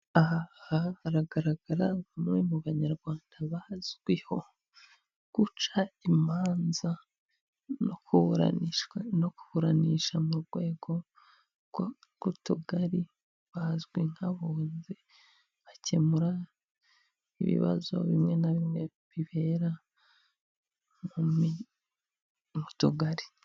Aha haragaragara bamwe mu banyarwanda bazwiho guca imanza no kuburanishwa no kuburanisha mu rwego rw'utugari bazwi nk'abunzi bakemura ibibazo bimwe na bimwe bibera mu mi tugari.